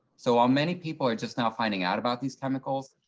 so while many people are just now finding out about these chemicals,